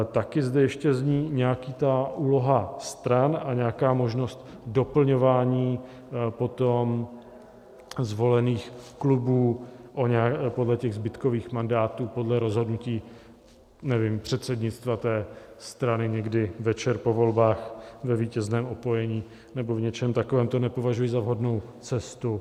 Taky zde ještě zní úloha stran a nějaká možnost doplňování potom zvolených klubů podle zbytkových mandátů podle rozhodnutí, nevím, předsednictva té strany někdy večer po volbách ve vítězném opojení nebo v něčem takovém, to nepovažuji za vhodnou cestu.